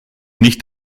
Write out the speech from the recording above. nicht